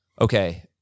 Okay